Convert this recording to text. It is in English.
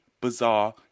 bizarre